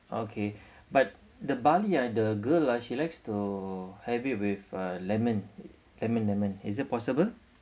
okay but the barley ah the girl ah she likes to have it with uh lemon lemon lemon is it possible